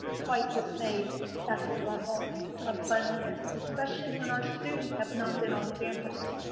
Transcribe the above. quite dismayed at the level like cleanliness, especially when our students have not been on campus.